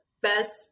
best